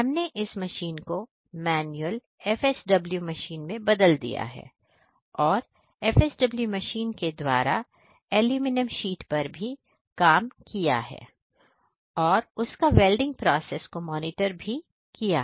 हमने इस मशीन को मैन्युअल FSW मशीन में बदल दिया है और FSW मशीन के द्वारा एल्यूमीनियम शीट पर भी काम किया है और उसका वेल्डिंग प्रोसेस को मॉनिटर भी किया है